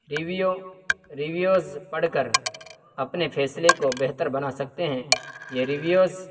review reviews پڑھ کر اپنے فیصلے کو بہتر بنا سکتے ہیں یہ ریویوز